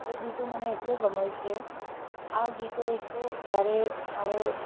એ ગીતો મને એટલાં ગમે છે આ ગીતો એક તો જ્યારે મારે